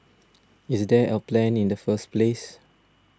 is there a plan in the first place